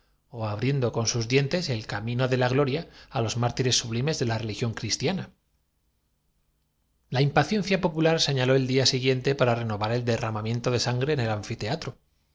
ó abriendo con sus dientes el virga en la opuesta mano separaban los grupos camino de la gloria á los mártires sublimes de la reli al foro dijoy tomó el camino de las asambleas gión cristiana generales seguido de la multitud que tras él conti la impaciencia popular señaló el día siguiente para nuaba vociferando renovar el derramamiento de sangre en el anfiteatro